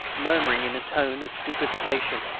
murmuring in a tone of stupefaction